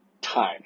time